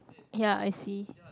ya I see